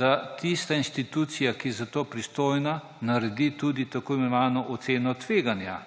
da tista inštitucija, ki je za to pristojna, naredi tudi tako imenovano oceno tveganja.